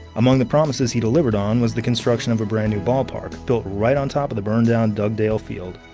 among the promises he delivered on was the construction of a brand new ballpark built right on top of the burned-down dugdale field.